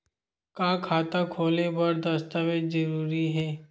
का खाता खोले बर दस्तावेज जरूरी हे?